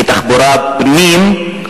תחבורת פנים,